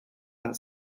that